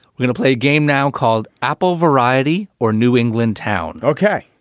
we'll play a game now called apple variety or new england town ok,